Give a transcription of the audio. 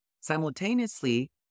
Simultaneously